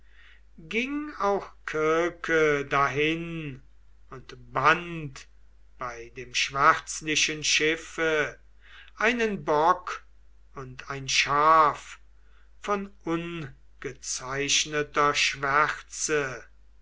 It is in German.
ging auch kirke dahin und band bei dem schwärzlichen schiffe einen bock und ein schaf von ungezeichneter schwärze